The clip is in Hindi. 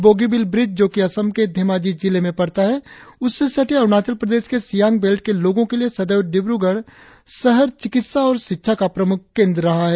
बोगीबिल ब्रिज जो कि असम के धेमाजी जिले में पड़ता है उससे सटे अरुणाचल प्रदेश के सियांग बेल्ट के लोगों के लिए सदैव डिब्रगढ़ शहर चिकित्सा और शिक्षा का प्रमुख केंद्र रहा है